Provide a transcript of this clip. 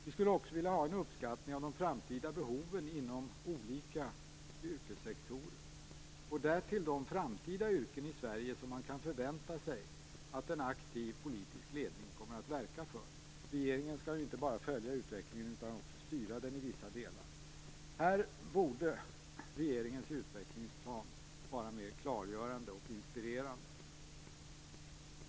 Vi skulle också vilja ha en uppskattning av de framtida behoven inom olika yrkessektorer och därtill av de framtida yrken i Sverige som man kan förvänta sig att en aktiv politisk ledning kommer att verka för. Regeringen skall ju inte bara följa utvecklingen utan också styra den i vissa delar. Här borde regeringens utvecklingsplan vara mera klargörande och inspirerande.